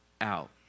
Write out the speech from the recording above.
out